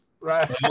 Right